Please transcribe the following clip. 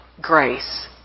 grace